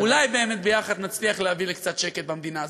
אולי באמת יחד נצליח להביא קצת שקט במדינה הזאת.